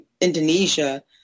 Indonesia